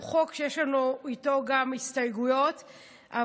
הוא חוק שיש לנו גם הסתייגויות עליו.